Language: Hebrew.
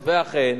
ואכן,